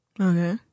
Okay